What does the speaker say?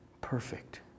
perfect